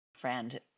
friend